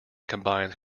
combines